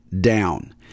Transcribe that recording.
down